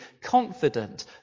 confident